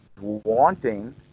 wanting